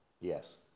Yes